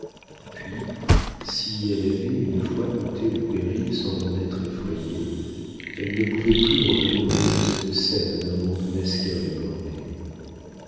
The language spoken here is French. puis si elle avait une fois goûté le péril sans en être effrayée elle ne pouvait plus revenir aux petites scènes d'un monde mesquin et borné